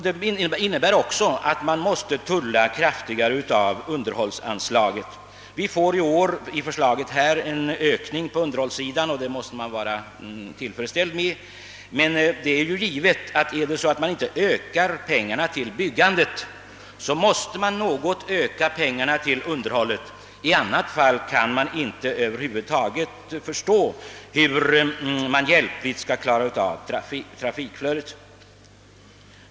Det innebär också att man måste tulla kraftigare på underhållanslaget. Förslaget innebär en ökning på underhållssidan, och det måste man vara tillfredsställd med. Men om anslagen till byggande inte ökas måste anslagen till underhåll ökas; i annat fall kan man över huvud taget inte förstå hur det skall gå att hjälpligt klara trafikflödet.